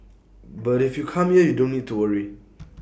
but if you come here you don't need to worry